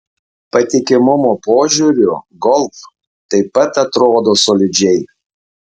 patikimumo požiūriu golf taip pat atrodo solidžiai